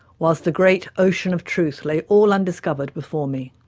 whilst the great ocean of truth lay all undiscovered before me.